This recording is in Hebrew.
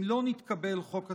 אם לא נתקבל חוק התקציב,